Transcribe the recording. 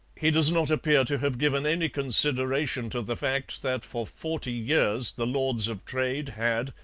he does not appear to have given any consideration to the fact that for forty years the lords of trade had,